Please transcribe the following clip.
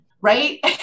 right